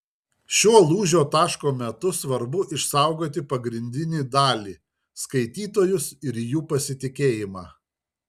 šiuo lūžio taško metu svarbu išsaugoti pagrindinį dalį skaitytojus ir jų pasitikėjimą